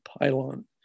pylon